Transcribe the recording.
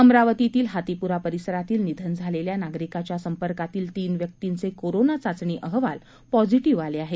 अमरावतीतील हाथीपुरा परिसरातील निधन झालेल्या नागरिकाच्या संपर्कातील तीन व्यक्तींचे कोरोना चाचणी अहवाल पॉझिटिव्ह आले आहेत